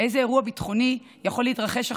איזה אירוע ביטחוני יכול להתרחש עכשיו,